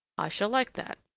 i shall like that.